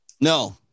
no